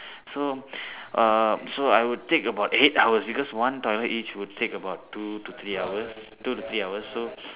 so um so I would take about eight hours because one toilet each would take about two to three hours two to three hours so